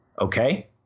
Okay